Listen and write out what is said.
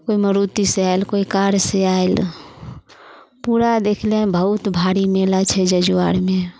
कोइ मारुतिसँ आयल कोइ चारसँ आयल पूरा देखने बहुत भारी मेला छै जजुवारमे